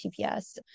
TPS